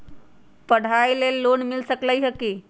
पढाई के लेल लोन मिल सकलई ह की?